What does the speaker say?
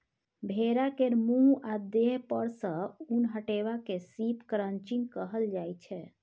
भेड़ा केर मुँह आ देह पर सँ उन हटेबा केँ शिप क्रंचिंग कहल जाइ छै